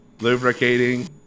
Lubricating